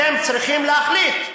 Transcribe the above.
אתם צריכים להחליט,